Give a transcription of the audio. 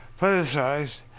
politicized